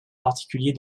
particulier